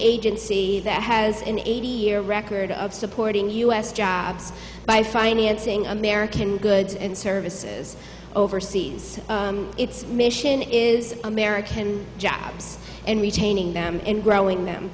agency that has an eighty year record of supporting us jobs by financing american goods and services overseas its mission is american jobs and retaining them in growing them